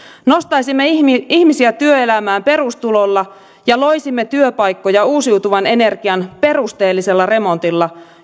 nostaisimme ihmisiä ihmisiä työelämään perustulolla ja loisimme työpaikkoja uusiutuvan energian perusteellisella remontilla